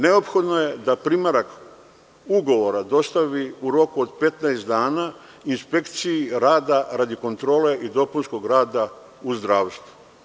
Neophodno je primerak ugovora dostavi u roku od 15 dana inspekciji rada radi kontrole i dopunskog rada u zdravstvu.